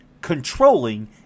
controlling